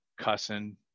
cussing